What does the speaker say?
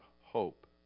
hope